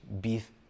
beef